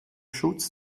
schutz